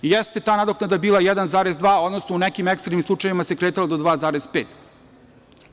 I jeste ta nadoknada bila 1,2%, odnosno u nekim ekstremnim slučajevima se kretala do 2,5%